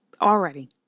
already